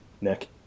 Nick